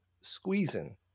squeezing